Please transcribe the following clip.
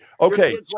Okay